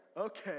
Okay